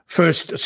First